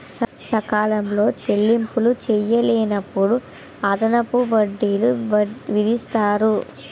సకాలంలో చెల్లింపులు చేయలేనప్పుడు అదనపు వడ్డీలు విధిస్తారు